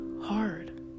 hard